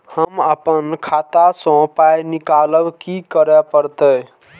हम आपन खाता स पाय निकालब की करे परतै?